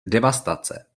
devastace